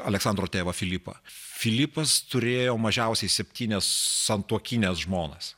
aleksandro tėvą filipą filipas turėjo mažiausiai septynias santuokines žmonas